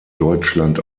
deutschland